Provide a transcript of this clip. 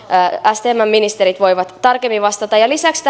stmn ministerit voivat tarkemmin vastata lisäksi